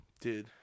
Dude